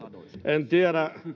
en tiedä